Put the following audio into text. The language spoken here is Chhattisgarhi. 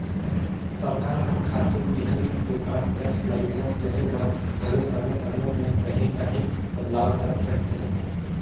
सरकार हर खातू बीहन दोकान कर लाइसेंस लेहे बर घलो समे समे में काहीं काहीं बदलाव करत रहथे